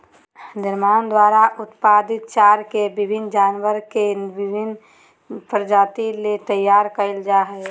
निर्माण द्वारा उत्पादित चारा के विभिन्न जानवर के विभिन्न प्रजाति ले तैयार कइल जा हइ